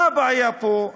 מה הבעיה פה?